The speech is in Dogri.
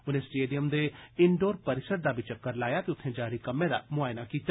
उनें स्टेडियम दे इंडोर परिसर दा बी चक्कर लाया ते उत्थे जारी कम्में दा मुआयना कीता